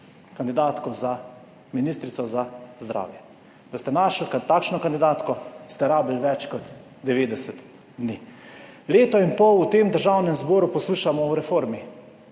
kandidatko za ministrico za zdravje, da ste našli takšno kandidatko ste rabili več kot 90 dni. Leto in pol v tem Državnem zboru poslušamo o reformi,